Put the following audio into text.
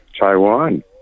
Taiwan